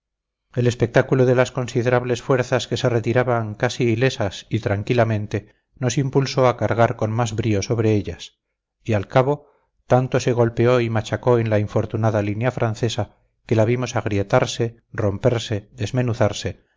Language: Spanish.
el espectáculo de las considerables fuerzas que se retiraban casi ilesas y tranquilamente nos impulsó a cargar con más brío sobre ellas y al cabo tanto se golpeó y machacó en la infortunada línea francesa que la vimos agrietarse romperse desmenuzarse